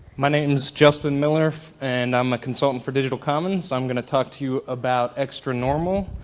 my name is justin miller and i'm consultant for digital commons. i'm gonna talk to you about xtra normal.